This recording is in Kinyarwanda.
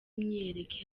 imyiyerekano